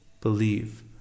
believe